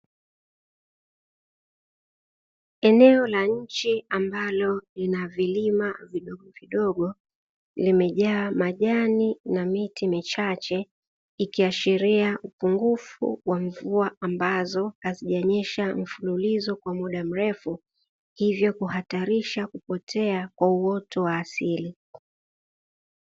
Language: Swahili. Eneo la nchi ambalo lina vilima vidogovidogo, limejaa majani na miti michache ikiashiria upungufu wa mvua ambazo hazijanyesha mfululizo kwa mda mrefu, hivyo kuhatarisha kupotea kwa uoto wa asili.